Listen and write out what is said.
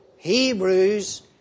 Hebrews